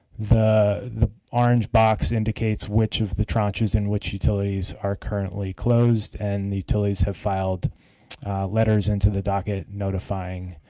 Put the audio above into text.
the the orange box indicates which of the tranches and which utilities are currently closed and the utilities have filed letters into the docket notifying